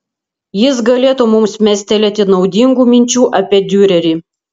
jis galėtų mums mestelėti naudingų minčių apie diurerį